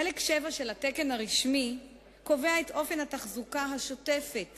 חלק 7 של התקן הרשמי קובע את אופן התחזוקה השוטפת